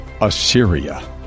Assyria